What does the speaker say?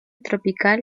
tropical